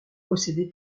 possédé